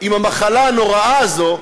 עם המחלה הנוראה הזאת,